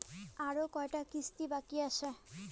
আরো কয়টা কিস্তি বাকি আছে?